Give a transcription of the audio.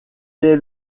est